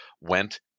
went